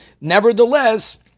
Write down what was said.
nevertheless